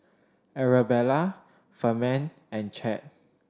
Arabella Ferman and Chadd